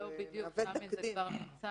זה כבר מהווה תקדים.